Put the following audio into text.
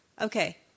Okay